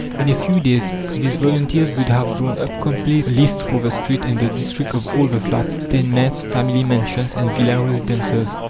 in a few days these volunteers would have drawn up complete lists for the street and the district of all the flats, tenements, family mansions and villa residences,